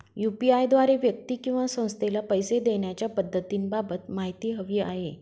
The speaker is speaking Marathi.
यू.पी.आय द्वारे व्यक्ती किंवा संस्थेला पैसे देण्याच्या पद्धतींबाबत माहिती हवी आहे